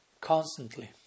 constantly